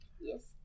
Yes